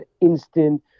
instant